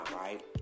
right